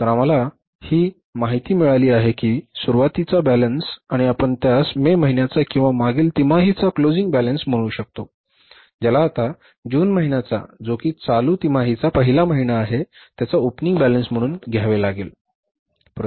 तर आम्हाला ही माहिती मिळाली आहे की सुरुवातीचा बॅलन्स किंवा आपण त्यास मे महिन्याचा किंवा मागील तिमाहीचा क्लोजिंग बॅलन्स म्हणू शकतो ज्याला आता जून महिन्याचा जो की चालू तिमाहीचा पहिला महिना आहे त्याचा ओपनिंग बॅलन्स म्हणून घ्यावे लागेल बरोबर